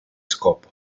scopo